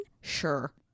Sure